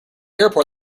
airport